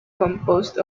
composed